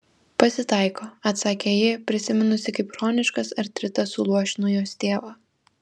pasitaiko atsakė ji prisiminusi kaip chroniškas artritas suluošino jos tėvą